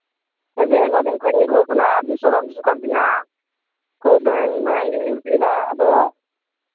ᱟᱹᱰᱤ ᱟᱭᱢᱟ ᱫᱤᱱ ᱠᱷᱚᱱᱤᱧ ᱨᱩᱣᱟᱹᱜ ᱠᱟᱱᱟ ᱵᱮᱥ ᱵᱟᱝ ᱵᱮᱥᱚᱜ ᱠᱟᱱ ᱛᱤᱧᱟ ᱠᱷᱩᱜ ᱫᱟᱹᱧ ᱢᱟᱭᱟᱝ ᱜᱤᱧ ᱩᱞᱴᱤᱭ ᱫᱟ ᱟᱫᱚ